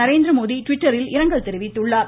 நரேந்திரமோடி ட்விட்டரில் இரங்கல் தெரிவித்துள்ளார்